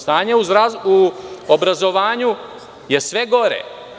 Stanje u obrazovanju je sve gore.